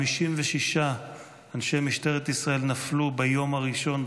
56 אנשי משטרת ישראל נפלו ביום הראשון,